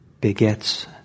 begets